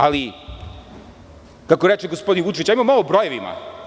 Ali, kako reče gospodin Vučić, hajmo malo o brojevima.